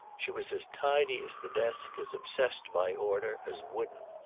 she was as tidy as the desk, as obsessed by order, as wooden.